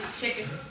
Chickens